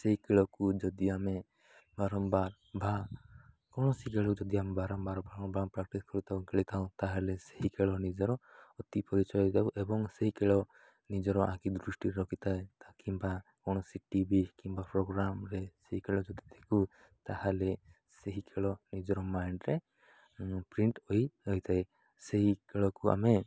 ସେହି ଖେଳକୁ ଯଦି ଆମେ ବାରମ୍ବାର ବା କୌଣସି ଖେଳକୁ ଯଦି ଆମେ ବାରମ୍ବାର ପ୍ରାକ୍ଟିସ୍ କରିଥାଉ ଖେଳିଥାଉ ତା'ହେଲେ ସେହି ଖେଳ ନିଜର ଅତି ପରିଚୟ ହେଇଥାଉ ଏବଂ ସେହି ଖେଳ ନିଜର ଆଙ୍କି ଦୃଷ୍ଟିରେ ରଖିଥାଏ କିମ୍ବା କୌଣସି ଟି ଭି କିମ୍ବା ପ୍ରୋଗ୍ରାମ୍ରେ ସେହି ଖେଳ ଯଦିକୁ ତା'ହେଲେ ସେହି ଖେଳ ନିଜର ମାଇଣ୍ଡ୍ରେ ପ୍ରିଣ୍ଟ୍ ହୋଇ ରହିଥାଏ ସେହି ଖେଳକୁ ଆମେ